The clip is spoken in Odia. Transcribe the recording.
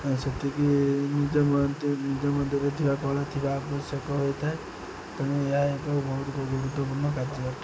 ସେତିକି ନିଜ ମଧ୍ୟ ନିଜ ମଧ୍ୟରେ ଥିବା କଳା ଥିବା ଆବଶ୍ୟକ ହୋଇଥାଏ ତେଣୁ ଏହା ଏକ ବହୁତ ଗୁରୁତ୍ୱପୂର୍ଣ୍ଣ କାର୍ଯ୍ୟ ଅଟେ